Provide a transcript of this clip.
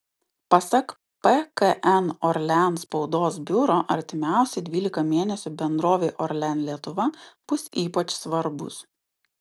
pasak pkn orlen spaudos biuro artimiausi dvylika mėnesių bendrovei orlen lietuva bus ypač svarbūs